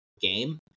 game